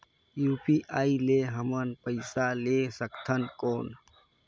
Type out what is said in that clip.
UPI ले हमन पइसा ले सकथन कौन?